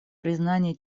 признании